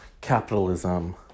capitalism